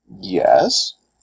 Yes